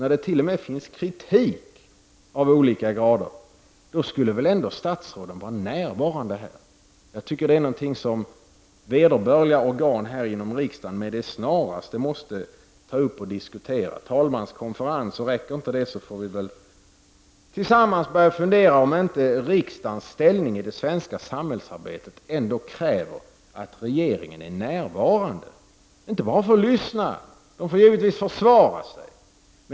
När det t.o.m. finns kritik av olika grader, då borde väl ändå statsråden vara närvarande här. Jag tycker att detta är någonting som vederbörliga organ inom riksdagen med det snaraste måste ta upp och diskutera. Räcker det inte med talmanskonferensen, får vi väl tillsammans börja fundera över om inte riksdagens ställning i det svenska samhällsarbetet kräver att regeringen är närvarande — inte bara för att lyssna, utan regeringen får naturligtvis försvara sig.